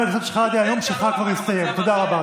תודה.